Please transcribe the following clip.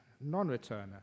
non-returner